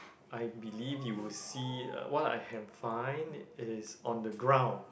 I believe you will see uh what I can find is on the ground